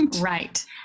Right